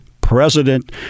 president